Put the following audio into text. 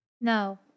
No